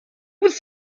bist